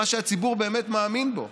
מה שהציבור באמת מאמין בו,